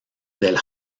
del